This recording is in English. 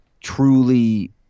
truly